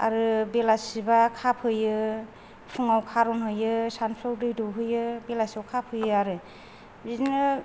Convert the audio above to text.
आरो बेलासिबा खाफैयो फुङाव खार'नहैयो सानसुआव दै दौहैयो बेलासियाव खाफैयो आरो बिदिनो